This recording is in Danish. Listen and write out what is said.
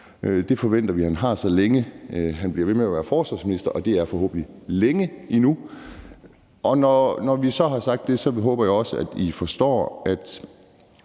Det forventer vi han har, så længe han bliver ved med at være forsvarsminister, og det er forhåbentlig længe endnu. Når vi så har sagt det, håber vi også, at I forstår, at